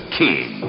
king